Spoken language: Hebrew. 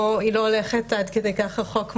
היא לא הולכת עד כדי כך רחוק,